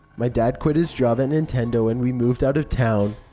my dad quit his job at nintendo and we moved out of town.